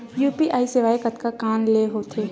UPI सेवाएं कतका कान ले हो थे?